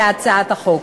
להצעת החוק.